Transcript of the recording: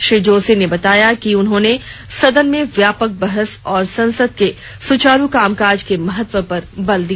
श्री जोशी ने बताया कि उन्होंने सदन में व्यापक बहस और संसद के सुचारू कामकाज के महत्व पर बल दिया